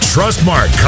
Trustmark